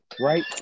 right